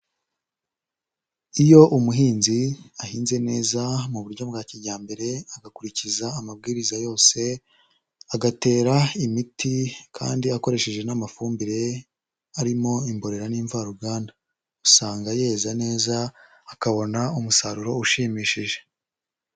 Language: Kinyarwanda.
Iyo umuhinzi ahinze neza mu buryo bwa kijyambere, agakurikiza amabwiriza yose, agatera imiti kandi akoresheje n'amafumbire arimo imborera n'imvaruganda, usanga yeza neza akabona umusaruro ushimishije.